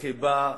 חיבה.